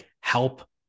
help